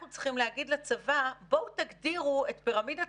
אנחנו צריכים להגיד לצבא: בואו ותגדירו את פירמידת